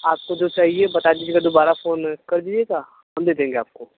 आपको जो चाहिए बता दीजिएगा दोबारा फ़ोन कर दीजिएगा हम दे देंगे आपको